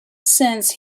since